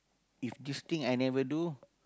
if this thing I never do